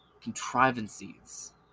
contrivances